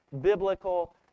biblical